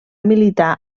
militar